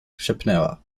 szepnęła